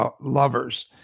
lovers